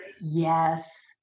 Yes